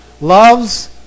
Loves